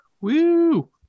woo